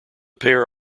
pair